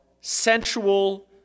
sensual